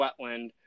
wetland